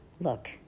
Look